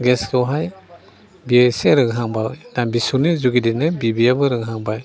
गेसखौहाय बे एसे रोंहांबाय बिसौनि जुगिदियैनो बिबैआबो रोंहांबाय